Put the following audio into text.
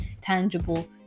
tangible